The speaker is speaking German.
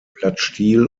blattstiel